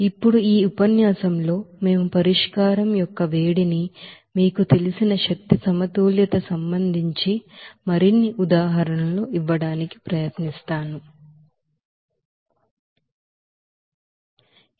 ఇప్పుడు ఈ ఉపన్యాసంలో మేము పరిష్కారం యొక్క వేడిని మీకు తెలిసిన ఎనర్జీ బాలన్స్ కు సంబంధించి మరిన్ని ఉదాహరణలు ఇవ్వడానికి ప్రయత్నిస్తాము